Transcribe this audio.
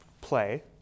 play